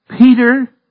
Peter